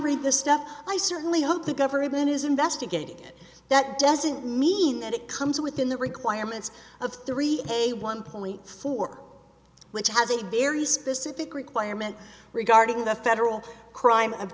read the stuff i certainly hope the government is investigated that doesn't mean that it comes within the requirements of three a one point four which has a very specific requirement regarding the federal crime of